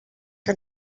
que